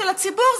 של הציבור,